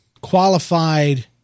qualified